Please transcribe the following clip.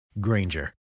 Granger